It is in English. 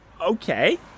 Okay